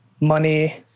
money